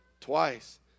twice